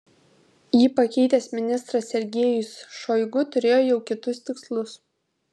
jį pakeitęs ministras sergejus šoigu turėjo jau kitus tikslus